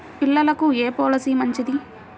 పిల్లలకు ఏ పొలసీ మంచిది?